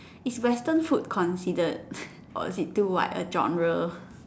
is Western food considered or it is too wide a genre